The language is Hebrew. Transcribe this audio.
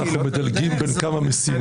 אנחנו מדלגים בין כמה משימות.